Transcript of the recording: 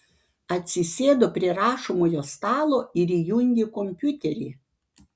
atsisėdo prie rašomojo stalo ir įjungė kompiuterį